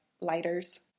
lighters